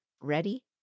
Ready